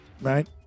right